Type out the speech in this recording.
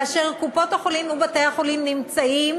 כאשר קופות-החולים ובתי-החולים נמצאים